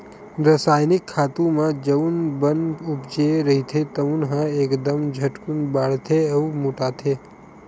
रसायनिक खातू म जउन बन उपजे रहिथे तउन ह एकदम झटकून बाड़थे अउ मोटाथे